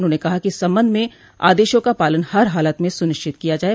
उन्होंने कहा कि इस संबंध में आदेशों का पालन हर हालत में सुनिश्चित किया जाये